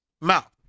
Mouth